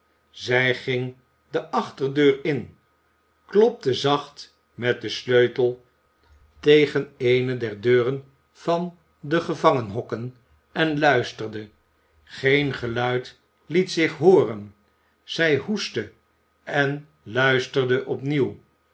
zij ging de achterdeur in klopte zacht met den sleutel tegen eene der deuren van de gevangenhokken en luisterde geen geluid liet zich hooren zij hoestte en luisterde